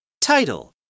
Title